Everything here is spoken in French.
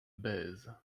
bèze